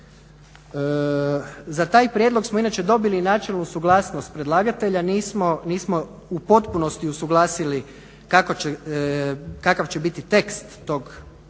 Za taj prijedlog smo inače dobili i načelnu suglasnost predlagatelja, nismo u potpunosti usuglasili kakav će biti tekst tog dodatnog